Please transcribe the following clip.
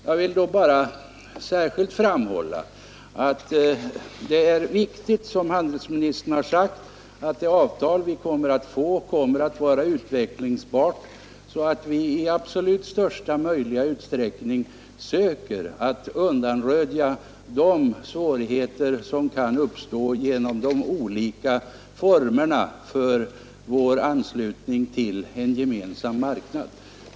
Jag vill särskilt framhålla att det är viktigt att, som handelsministern har sagt, det avtal vi kommer att få är utvecklingsbart, så att vi i absolut största möjliga utsträckning söker att undanröja de svårigheter som kan uppstå genom de olika formerna för vår anslutning till en gemensam marknad.